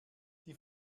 die